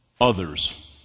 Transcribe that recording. others